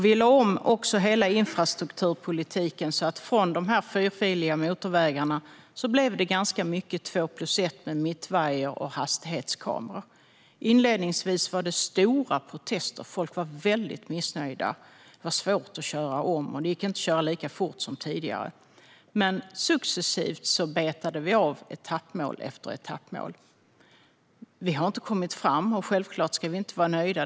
Vi lade också om hela infrastrukturpolitiken så att det i stället för de fyrfiliga motorvägarna blev ganska många två-plus-ett-vägar med mittvajer och hastighetskameror. Inledningsvis var det stora protester. Folk var väldigt missnöjda, för det var svårt att köra om och gick inte att köra lika fort som tidigare. Men successivt betade vi av etappmål efter etappmål. Vi har inte kommit hela vägen fram, och självklart ska vi inte vara nöjda.